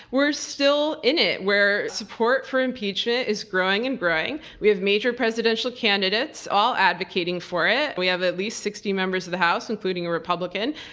we're still in it. where support for impeachment is growing and growing. we have major presidential candidates all advocating for it. we have at least sixty members of the house, including a republican,